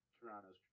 Toronto's